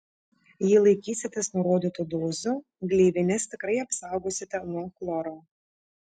jei laikysitės nurodytų dozių gleivines tikrai apsaugosite nuo chloro